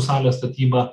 salės statybą